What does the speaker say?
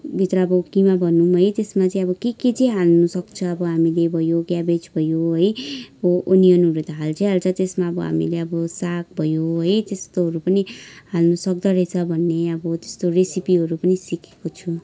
भित्रको किमा भनुँ है त्यसमा चाहिँ अब के के चाहिँ हाल्न सक्छ अब हामीले भयो क्याबेज भयो है ओनियनहरू त हाल्छै हाल्छ त्यसमा अब हामीले अब साग भयो है त्यस्तोहरू पनि हाल्नु सक्दो रहेछ भन्ने अब त्यस्तो रेसिपीहरू पनि सिकेको छु